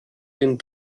den